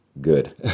Good